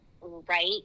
right